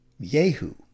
Yehu